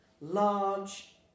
large